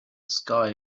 sky